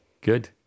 Good